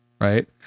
right